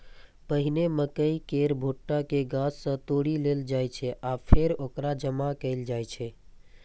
पहिने मकइ केर भुट्टा कें गाछ सं तोड़ि लेल जाइ छै आ फेर ओकरा जमा कैल जाइ छै